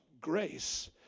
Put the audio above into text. grace